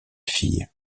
fille